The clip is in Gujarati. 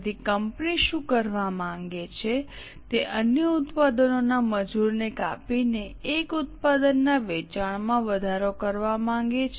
તેથી કંપની શું કરવા માંગે છે તે અન્ય ઉત્પાદનો ના મજૂરને કાપીને એક ઉત્પાદનના વેચાણમાં વધારો કરવા માંગે છે